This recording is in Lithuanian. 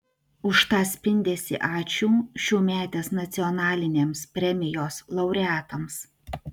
už tą spindesį ačiū šiųmetės nacionalinėms premijos laureatams